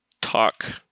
talk